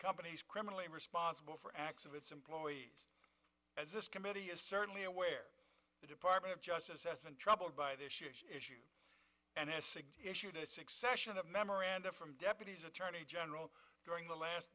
companies criminally responsible for acts of its employees as this committee is certainly aware the department of justice has been troubled by this issue and has issued a succession of memoranda from deputies attorney general during the last